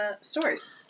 stories